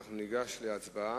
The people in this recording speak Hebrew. אנחנו ניגש להצבעה.